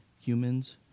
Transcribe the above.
humans